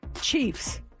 Chiefs